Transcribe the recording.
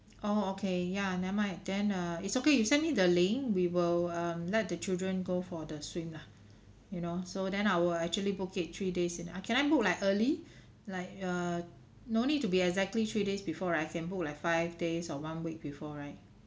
oh okay ya never mind then uh it's okay you sent me the link we will um let the children go for the swim lah you know so then I will actually book it three days in ad~ can I book like early like err no need to be exactly three days before right I can book like five days or one week before right